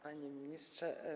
Panie Ministrze!